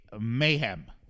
mayhem